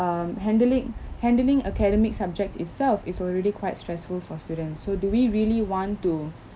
um handling handling academic subjects itself is already quite stressful for students so do we really want to